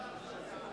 אפללו.